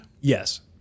Yes